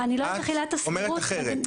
את אומרת אחרת.